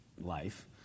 life